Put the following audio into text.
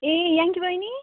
ए याङ्की बहिनी